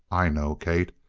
i know, kate.